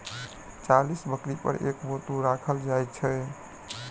चालीस बकरी पर एक बत्तू राखल जाइत छै